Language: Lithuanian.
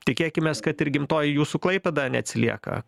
tikėkimės kad ir gimtoji jūsų klaipėda neatsilieka